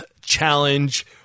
challenge